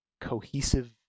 cohesive